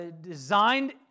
designed